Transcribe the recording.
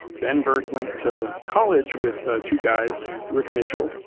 ben burtt went to college with two guys, rick mitchell,